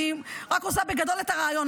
אני רק עושה בגדול את הרעיון.